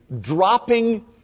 dropping